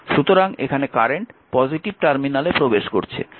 সুতরাং এখানে current positive টার্মিনালে প্রবেশ করছে